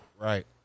Right